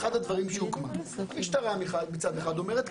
המשטרה מצד אחד אומרת,